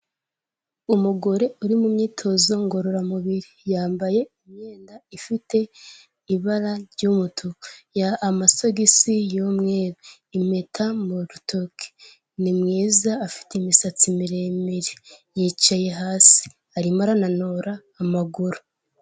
Umugore uri mu myitozo ngororamubiri yambaye imyenda ifite ibara ry'umutuku, amasogisi y'umweru, impeta mu rutoki, ni mwiza afite imisatsi miremire, yicaye hasi arimo arananura amaguru.